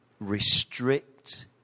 restrict